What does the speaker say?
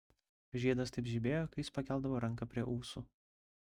žiedas taip žibėjo kai jis pakeldavo ranką prie ūsų